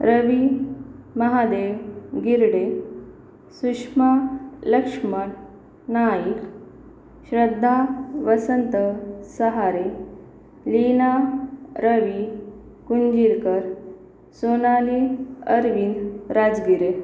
Ravi Mahade Girde Sushma Laxman Naik Shraddha Vasant Sahare Leena Ravi Kunjirkar Sonali Arvind Rajgire